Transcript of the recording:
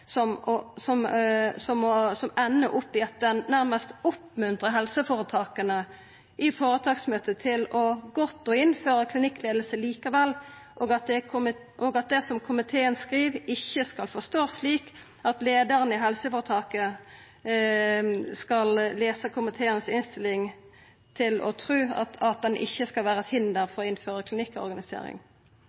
som endar opp i at ein i føretaksmøtet nærast oppmuntrar helseføretaka til å innføra klinikkleiing likevel, og at det som komiteen har skrive, ikkje skal forståast slik at leiaren i helseføretaket skal lesa komitéinnstillinga og tru at den skal vera eit hinder for å